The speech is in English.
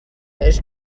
his